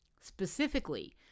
specifically